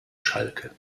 schalke